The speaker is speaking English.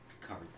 covered